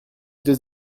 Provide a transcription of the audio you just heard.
deux